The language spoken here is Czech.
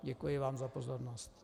Děkuji vám za pozornost.